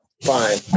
fine